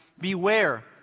Beware